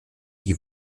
die